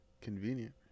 convenient